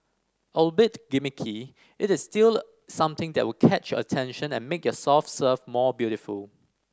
albeit gimmicky it is still something that will catch your attention and make your soft serve more beautiful